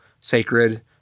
sacred